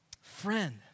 Friend